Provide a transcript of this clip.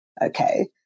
Okay